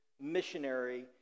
missionary